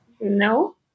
No